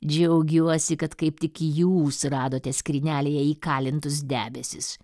džiaugiuosi kad kaip tik jūs radote skrynelėje įkalintus debesis